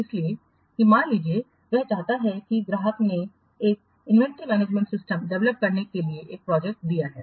इसलिए कि मान लीजिए वह चाहता है कि ग्राहक ने एक इन्वेंटरी मैनेजमेंट सिस्टम डेवलप करने के लिए एक प्रोजेक्ट दिया है